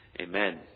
Amen